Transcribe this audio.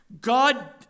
God